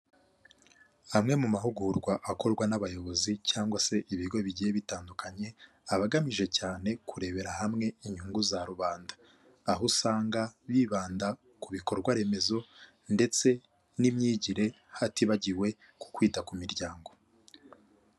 Amwe mu mahugurwa akorwa n'abayobozi cyangwa se ibigo bigiye bitandukanye, aba agamije cyane kurebera hamwe inyungu za rubanda, aho usanga bibanda ku bikorwa remezo ndetse n'imyigire hatibagiwe ku kwita ku miryango.